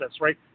right